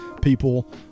people